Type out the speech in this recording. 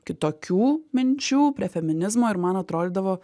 kitokių minčių prie feminizmo ir man atrodydavo